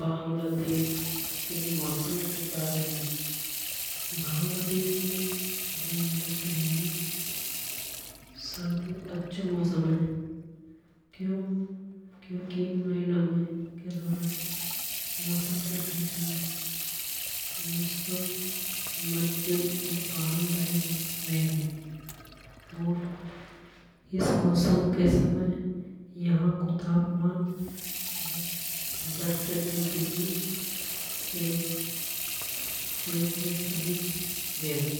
बांग्लादेश के मौसम के बारे मे बांग्लादेश में घूमने के लिए सर्दी अच्छों मौसम हे क्यों। क्योंकि इन महीना में के दौरान मौसम के बीच में मौसम मध्यम और आरामदायक रेवे। और इस मौसम के समय यहां को तापमान दस से बीस डिग्री सेल्सियस के बीच रेवे।